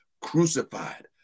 crucified